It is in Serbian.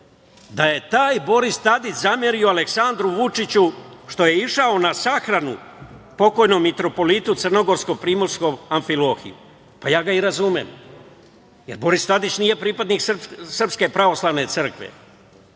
da je taj Boris Tadić zamerio Aleksandru Vučiću što je išao na sahranu pokojnom Mitropolitu crnogorsko-primorskom Amfilohiju. Pa, ja ga i razumem, jer Boris Tadić nije pripadnik Srpske pravoslavne crkve,